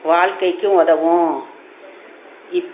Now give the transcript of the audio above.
வாழ்க்கைக்கும் உதவும் இப்